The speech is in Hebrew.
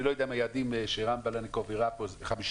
אני לא יודע אם היעדים שרם בלניקוב הראה פה 52%,